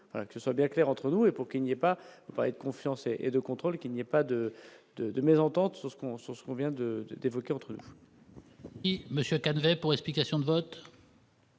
que ce soit bien clair entre nous et pour qu'il n'y a pas confiance et et de contrôle, qu'il n'y a pas de de de mésentente sur ce qu'on se souvient de d'évoquer entre. Monsieur Calvet pour explication de vote.